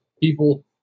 people